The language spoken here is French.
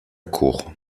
cour